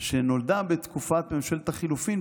שנולדה בתקופת ממשלת החילופים,